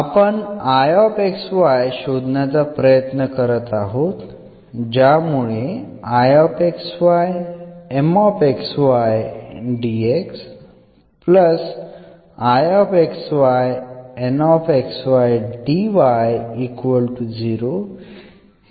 आपण शोधण्याचा प्रयत्न करत आहोत ज्यामुळे हे समीकरण एक्झॅक्ट होईल